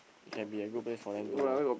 can be a good place for them to